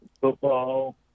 football